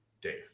Dave